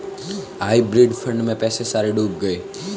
hybrid fund में पैसे सारे डूब गए